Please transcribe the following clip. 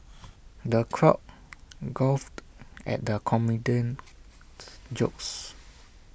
the crowd guffawed at the comedian's jokes